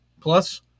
plus